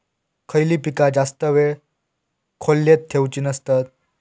खयली पीका जास्त वेळ खोल्येत ठेवूचे नसतत?